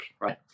right